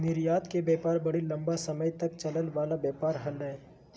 निर्यात के व्यापार बड़ी लम्बा समय तक चलय वला व्यापार हइ